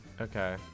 Okay